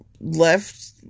left